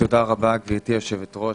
תודה רבה גברתי היושבת-ראש,